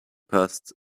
past